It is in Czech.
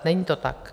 Není to tak.